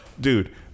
Dude